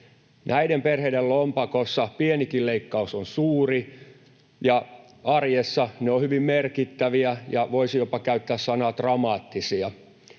Näiden perheiden lompakossa pienikin leikkaus on suuri, ja arjessa ne ovat hyvin merkittäviä, voisi jopa käyttää sanaa ”dramaattisia”.